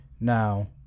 Now